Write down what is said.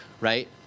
right